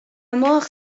mort